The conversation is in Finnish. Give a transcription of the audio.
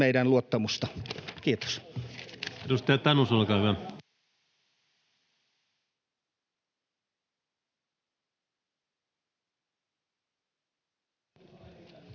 meidän luottamustamme. — Kiitos.